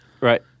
Right